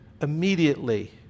immediately